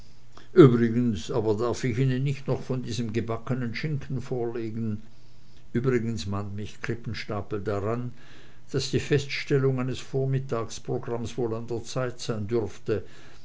übrigens aber darf ich ihnen nicht noch von diesem gebackenen schinken vorlegen übrigens mahnt mich krippenstapel daran daß die feststellung eines vormittagsprogramms wohl an der zeit sein dürfte